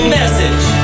message